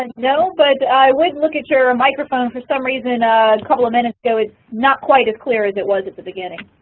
and no, but i would look at your ah microphone. for some reason a couple of minutes ago it was not quite as clear as it was at the beginning.